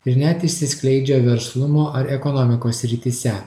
ir net išsiskleidžia verslumo ar ekonomikos srityse